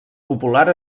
popular